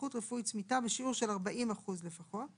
נכות רפואית צמיתה בשיעור של 40% לפחות,